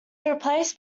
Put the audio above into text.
replaced